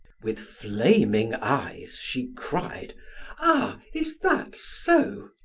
with flaming eyes, she cried ah, is that so!